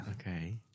Okay